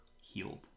healed